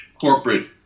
corporate